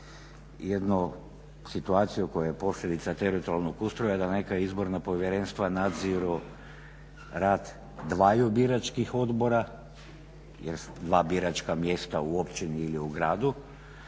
Jednu situaciju koja je posljedica teritorijalnog ustroja da neka izborna povjerenstva nadziru rad dvaju biračkih odbora jer su dva biračka mjesta u općini ili u gradu,